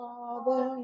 Father